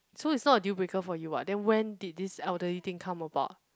so it's not a deal breaker for you [what] then when did this elderly thing come about